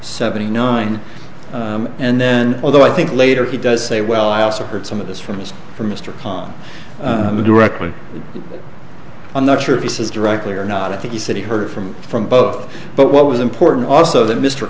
seventy nine and then although i think later he does say well i also heard some of this from his from mr kahn directly i'm not sure if he says directly or not i think he said he heard from from both but what was important also that mr